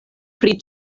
pri